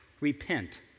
Repent